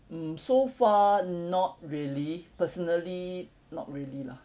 mm so far not really personally not really lah